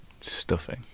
Stuffing